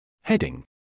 Heading